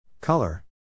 Color